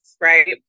right